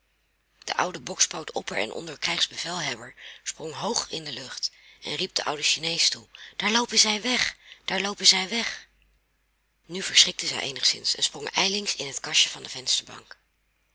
de oude bokspoot opper en onder krijgsbevelhebber sprong hoog in de lucht en riep den ouden chinees toe daar loopen zij weg daar loopen zij weg nu verschrikten zij eenigszins en sprongen ijlings in het kastje van de vensterbank